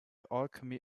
alchemy